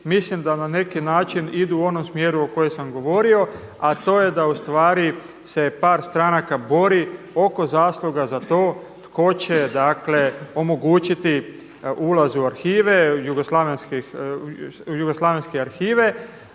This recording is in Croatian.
Mislim da na neki način idu u onom smjeru u kojem sam govorio, a to je da u stvari se par stranaka bori oko zasluga za to tko će, dakle omogućiti ulaz u arhive, jugoslavenske arhive.